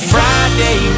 Friday